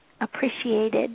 appreciated